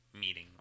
meeting